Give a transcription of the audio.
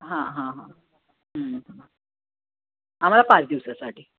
हां हां हां आम्हाला पाच दिवसांसाठी